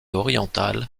orientale